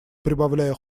прибавляя